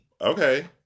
okay